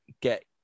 get